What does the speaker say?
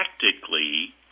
tactically